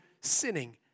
sinning